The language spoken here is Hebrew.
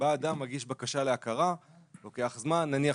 בא אדם ומגיש בקשה להכרה; זה לוקח זמן; נניח